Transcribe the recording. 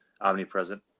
omnipresent